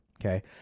Okay